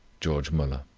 george muller.